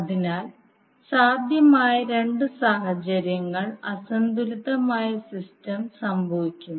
അതിനാൽ സാധ്യമായ രണ്ട് സാഹചര്യങ്ങളാൽ അസന്തുലിതമായ സിസ്റ്റം സംഭവിക്കുന്നു